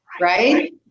Right